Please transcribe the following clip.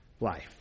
life